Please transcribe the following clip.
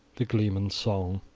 the gleeman's song.